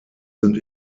sind